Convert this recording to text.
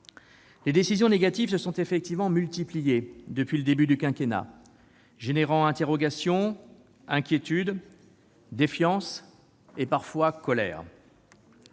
les décisions négatives se sont multipliées depuis le début du quinquennat, suscitant interrogations, inquiétude, défiance et, parfois, colère.